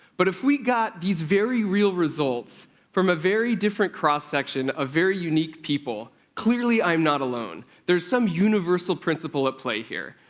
but if we got these very real results from a very different cross-section of very unique people, clearly i'm not alone. there's some universal principle at play here.